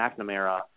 McNamara